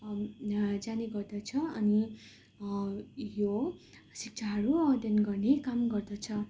जाने गर्दछ अनि यो शिक्षाहरू अध्ययन गर्ने काम गर्दछ